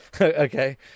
okay